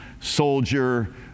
soldier